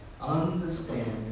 understand